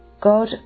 God